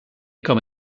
comme